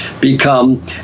become